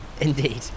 Indeed